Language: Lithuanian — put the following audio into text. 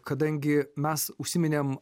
kadangi mes užsiminėm